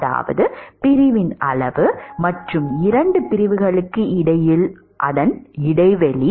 அதாவது பிரிவின் அளவு மற்றும் இரண்டு பிரிவுகளுக்கு இடையில் அதன் இடைவெளி